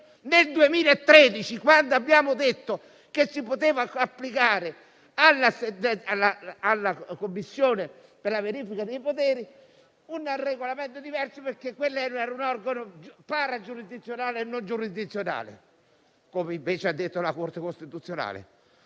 nel 2013, quando abbiamo detto che si poteva applicare alla Commissione per la verifica dei poteri un regolamento diverso, perché quello era un organo paragiurisdizionale e non giurisdizionale, come invece ha detto la Corte costituzionale